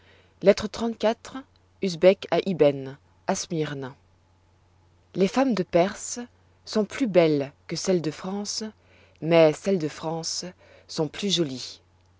à smyrne l es femmes de perse sont plus belles que celles de france mais celles de france sont plus jolies